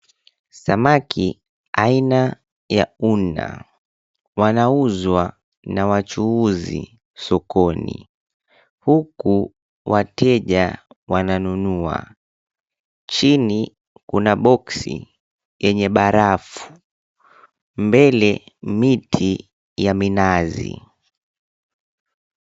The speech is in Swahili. Samaki aina ya una, wanauzwa na wachuuzi sokoni, huku wateja wananunua. Chini kuna boksi yenye barafu, mbele miti ya minazi.